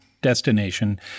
destination